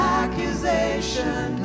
accusation